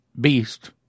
beast